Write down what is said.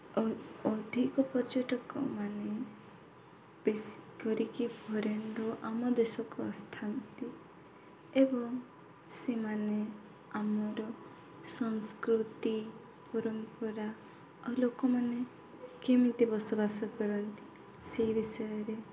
ଓ ଅଧିକ ପର୍ଯ୍ୟଟକମାନେ ବେଶୀ କରିକି ଫରେନ୍ର ଆମ ଦେଶକୁ ଆସିଥାନ୍ତି ଏବଂ ସେମାନେ ଆମର ସଂସ୍କୃତି ପରମ୍ପରା ଆଉ ଲୋକମାନେ କେମିତି ବସବାସ କରନ୍ତି ସେହି ବିଷୟରେ